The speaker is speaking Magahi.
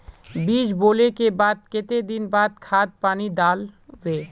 बीज बोले के बाद केते दिन बाद खाद पानी दाल वे?